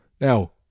now